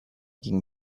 gegen